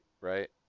right